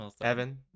Evan